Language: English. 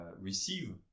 receive